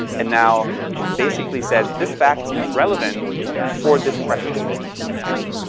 and now basically says this fact seems relevant for this question at hand.